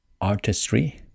artistry